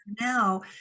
now